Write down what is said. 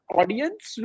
audience